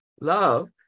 love